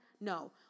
no